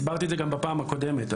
הסברתי את זה גם בפעם הקודמת,